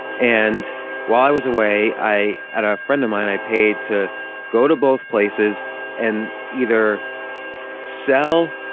and while i was away i had a friend of mine i paid to go to both places and either sell,